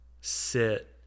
sit